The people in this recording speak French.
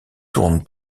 tourne